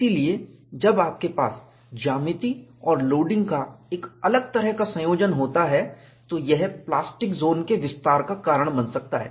इसलिए जब आपके पास ज्यामिति और लोडिंग का एक अलग तरह का संयोजन होता है तो यह प्लास्टिक ज़ोन के विस्तार का कारण बन सकता है